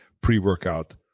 pre-workout